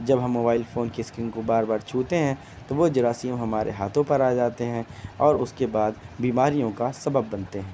جب ہم mobile phone کی اسکرین کو بار بار چھوتے ہیں تو وہ جراثیم ہمارے ہاتھوں پر آ جاتے ہیں اور اس کے بعد بیماریوں کا سبب بنتے ہیں